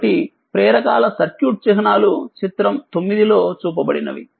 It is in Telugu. కాబట్టిప్రేరకల సర్క్యూట్ చిహ్నాలు చిత్రం 9 లో చూపబడినవి